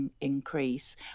increase